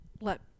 let